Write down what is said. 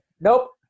nope